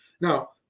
Now